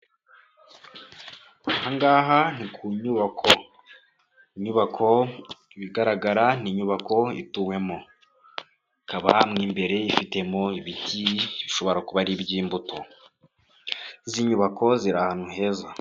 Aha ngaha ni ku nyubako, inyubako ibigaragara ni inyubako ituwemo, ikaba mu imbere ifitemo ibiti bishobora kuba ari iby'imbuto, izi nyubako ziri ahantu heza.